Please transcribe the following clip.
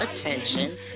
attention